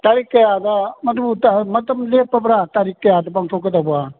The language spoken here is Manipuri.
ꯇꯥꯔꯤꯛ ꯀꯌꯥꯗ ꯃꯗꯨ ꯇꯥꯡ ꯃꯇꯝ ꯂꯦꯞꯄꯕꯔꯥ ꯇꯥꯔꯤꯛ ꯀꯌꯥꯗ ꯄꯥꯡꯊꯣꯛꯀꯗꯕ